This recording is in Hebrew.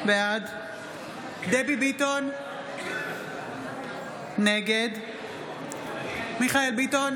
בעד דבי ביטון, נגד מיכאל מרדכי ביטון,